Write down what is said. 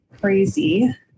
crazy